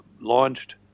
launched